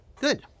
Good